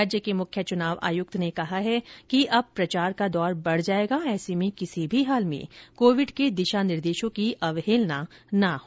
राज्य के मुख्य चुनाव आयुक्त ने कहा है कि अब प्रचार का दौर बढ़ जाएगा ऐसे में किसी भी हाल में कोविड के दिशा निर्देशों की अवहेलना ना हो